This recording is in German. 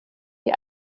die